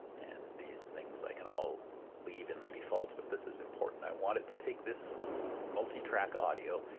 and these things i can all leave in their defaults but this is important i want it to take this multi-track audio,